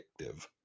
addictive